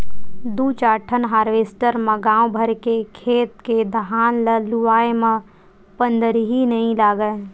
दू चार ठन हारवेस्टर म गाँव भर के खेत के धान ल लुवाए म पंदरही नइ लागय